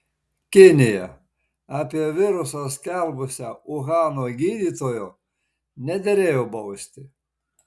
kinija apie virusą skelbusio uhano gydytojo nederėjo bausti